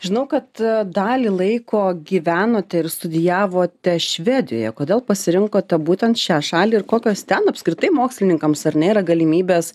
žinau kad dalį laiko gyvenote ir studijavote švedijoje kodėl pasirinkote būtent šią šalį ir kokios ten apskritai mokslininkams ar ne yra galimybės